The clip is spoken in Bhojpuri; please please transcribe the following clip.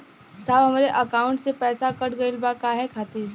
साहब हमरे एकाउंट से पैसाकट गईल बा काहे खातिर?